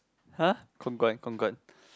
!huh! Kong-Guan Kong-Guan